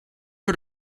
for